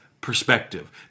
perspective